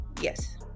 yes